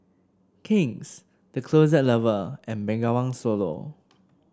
King's The Closet Lover and Bengawan Solo